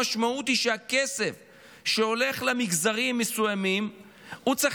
המשמעות היא שהכסף שהולך למגזרים מסוימים צריך